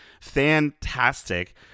fantastic